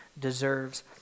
deserves